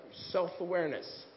Self-awareness